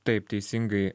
taip teisingai